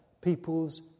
people's